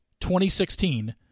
2016